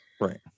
Right